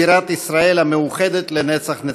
בירת ישראל המאוחדת לנצח נצחים.